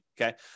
Okay